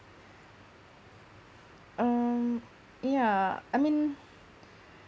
um ya I mean